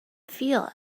feel